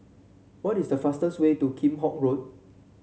what is the fastest way to Kheam Hock Road